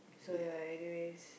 so ya anyways